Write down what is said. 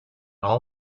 all